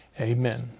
Amen